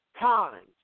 times